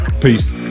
peace